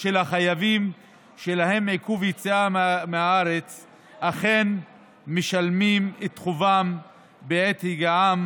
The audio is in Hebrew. של החייבים שלהם עיכוב יציאה מהארץ אכן משלמים את חובם בעת הגיעם